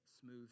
smooth